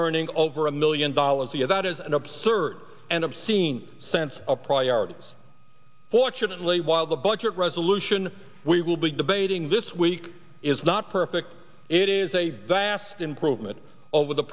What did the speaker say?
earning over a million dollars a year that is an absurd and obscene sense of priorities fortunately while the budget resolution we will be debating this week is not perfect it is a vast improvement over the